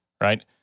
right